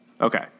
Okay